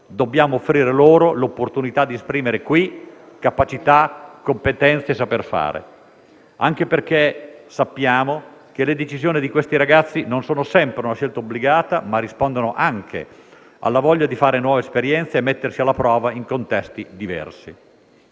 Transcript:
Dobbiamo offrire loro l'opportunità di esprimere qui capacità, competenze e saper fare». Anche perché sappiamo che le decisioni di questi ragazzi non sono sempre una scelta obbligata, ma rispondono anche alla voglia di fare nuove esperienze e mettersi alla prova in contesti diversi.